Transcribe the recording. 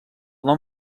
nom